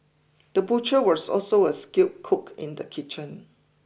the butcher was also a skilled cook in the kitchen